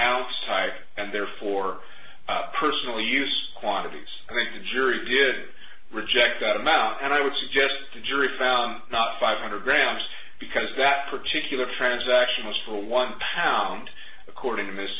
type and therefore personal use quantities i think the jury did reject that amount and i would suggest the jury found not five hundred grams because that particular transaction was for a one pound according to m